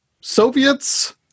Soviets